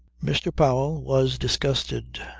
mr. powell was disgusted.